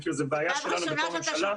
כי זו בעיה שלנו כממשלה.